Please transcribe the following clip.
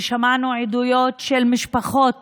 ושמענו עדויות של משפחות